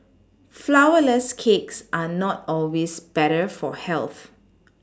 flourless cakes are not always better for health